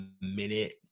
minute